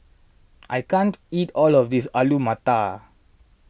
I can't eat all of this Alu Matar